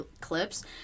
clips